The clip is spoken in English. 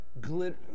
glitter